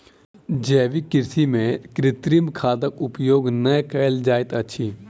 जैविक कृषि में कृत्रिम खादक उपयोग नै कयल जाइत अछि